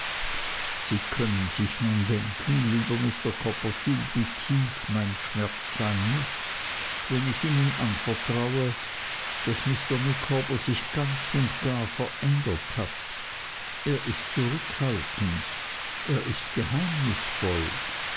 sie können sich nun denken lieber mr copperfield wie tief mein schmerz sein muß wenn ich ihnen anvertraue daß mr micawber sich ganz und gar verändert hat er ist zurückhaltend er ist geheimnisvoll